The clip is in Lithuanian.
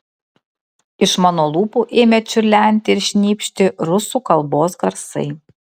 iš mano lūpų ėmė čiurlenti ir šnypšti rusų kalbos garsai